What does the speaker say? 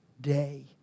day